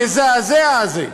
המזעזע הזה,